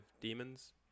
demons